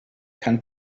kann